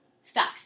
Stocks